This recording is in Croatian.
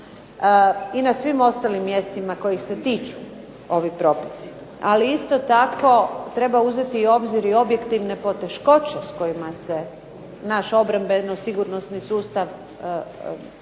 i na svim ostalim mjestima kojih se tiču ovi propisi, ali isto tako treba uzeti u obzir i objektivne poteškoće s kojima se naš obrambeno-sigurnosni sustav susreće,